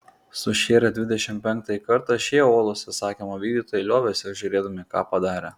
sušėrę dvidešimt penktąjį kartą šie uolūs įsakymo vykdytojai liovėsi žiūrėdami ką padarę